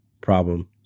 problem